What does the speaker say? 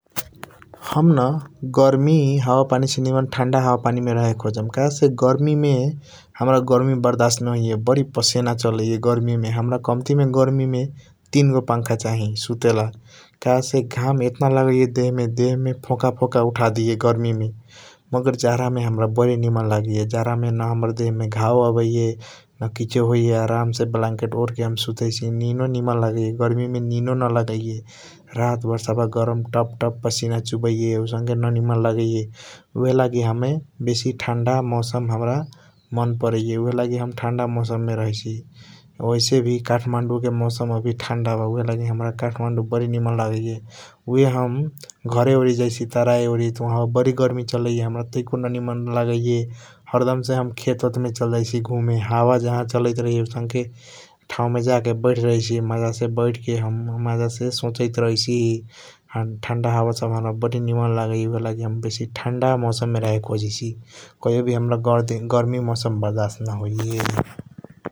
हम न गर्मि हावा पानीसे निमन ठण्डा हावा पानीसे रहे खोजम काहेसे गर्मिमे हमरा गर्मि बर्दास नहोइए । बरी पसिना चलईए गर्मिमे हमरा कम्तिमे गर्मिमे तींगो पंखा चाही सुतेला काहेसे घाम एतना लगैए देहमे देहमे फोकाफोका। उठादेइए गर्मिमे मगर जडामे हमरा बरी निमन लगइए जडामे हमर देहमे नाघव एअवईए नाकिछो होईए अरामसे बलानकेट । ऊडके हम सुतैशी निनो निमन लगईए गर्मिमे निनो नलगईए रातभर सफा गरम पसिना टपटप चुवईए औसनके ननिमन लगईए । ऊहेला लागि हमे बेसी ठण्डा मौसम हमरा मनपरईए ऊहेलागी हम ठण्डा मौसममे रहैसी वैसेभी काठमाडौँके मौसम अभि ठण्डाबा। ऊहेलागी हमरा काठमाडौँ बरी निमन लगैए ऊहे हम घरे वरी जैसी तराई वरी वहा बरी गर्मि चलईए हमरा तैको ननिमान लगईए हर्दमसे । हम खेतवेत चलजैसी घुमे हावा जहाँ चलैतरहे ओसनके ठाउँमे जाके वैठरहिसी जैसी मजासे बैठके मजासे सोचैत रहिसी ठण्डा हावा। चलेला बडी निमन लगईए ऊहेला हम बेसी ठण्डा मौसममे रहेके खोजैसी कहीवबि हमरा गर्मि मौसम बर्दास नहोईए ।